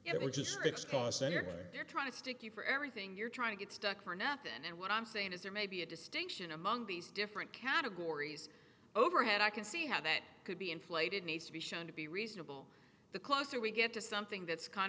to they're trying to stick you for everything you're trying to get stuck for nothing and what i'm saying is there may be a distinction among these different categories overhead i can see how that could be inflated needs to be shown to be reasonable the closer we get to something that's kind